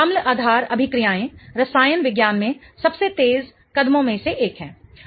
अम्ल आधार अभिक्रियाएं रसायन विज्ञान में सबसे तेज कदमों में से एक हैं